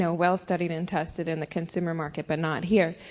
so well studied and tested in the consumer market, but not here.